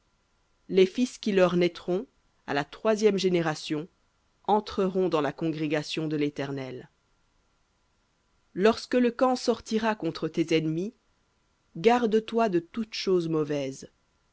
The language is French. les fils qui leur naîtront à la troisième génération entreront dans la congrégation de l'éternel v voir lorsque le camp sortira contre tes ennemis garde-toi de toute chose mauvaise